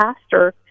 pastor